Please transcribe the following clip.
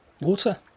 Water